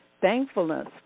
Thankfulness